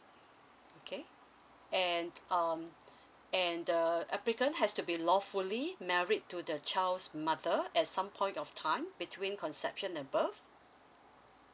okay and um and the applicant has to be lawfully married to the child's mother at some point of time between conception and birth